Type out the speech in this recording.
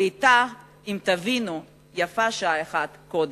ואם תבינו יפה שעה אחת קודם.